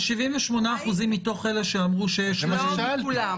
זה 78% מתוך אלה שאמרו שיש --- זה מה ששאלתי.